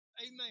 Amen